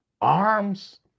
arms